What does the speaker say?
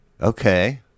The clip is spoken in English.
Okay